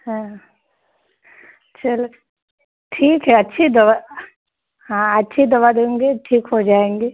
हाँ चलो ठीक है अच्छी दवा हाँ अच्छी दवा देंगे ठीक हो जाएँगे